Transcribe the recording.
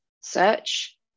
search